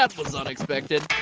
ah was unexpected.